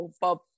bob